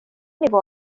nivå